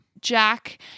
Jack